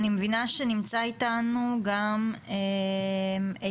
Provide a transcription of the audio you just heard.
אני מבינה שנמצא איתנו גם אייל,